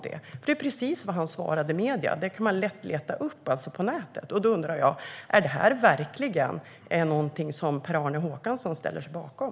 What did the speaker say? Det är precis vad han svarade medierna, och det kan man lätt leta upp på nätet. Då undrar jag: Är det här verkligen någonting som Per-Arne Håkansson ställer sig bakom?